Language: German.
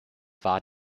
war